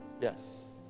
yes